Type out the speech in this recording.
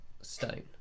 stone